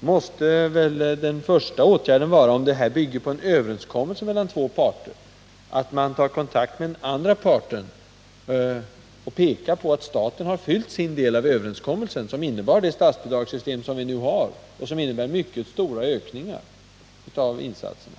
måste den första åtgärden vara, om detta bygger på en överenskommelse mellan två parter, att man tar kontakt med den andra parten och pekar på att staten har fyllt sin del av överenskommelsen, som innebär det statsbidragssystem vi nu har med mycket stora ökningar av insatserna.